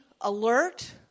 alert